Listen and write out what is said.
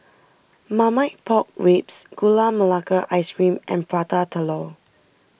Marmite Pork Ribs Gula Melaka Ice Cream and Prata Telur